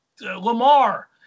Lamar